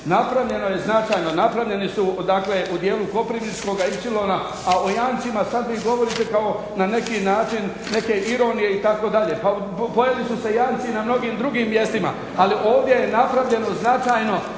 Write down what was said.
Napravljeno je značajno. Napravljeni su dakle u dijelu Koprivničkoga ipsilona, a o janjcima sad vi govorite kao na neki način neke ironije itd. Pa pojeli su se janjci na mnogim drugim mjestima, ali ovdje je napravljeno značajan